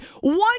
One